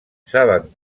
saben